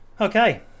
okay